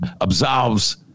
absolves